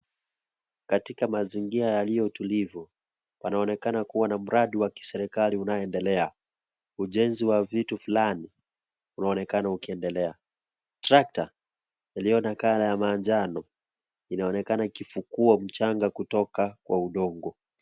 Katika mazingira yaliyo tulivu. Panaonekana kuwa na mradi wa kiserikali unaoendelea. Ujenzi wa vitu fulani unaonekana ukiendelea. Trakta iliyo na kala ya manjano, inaonekana ikifukua mchanga kutoka kwa udongo.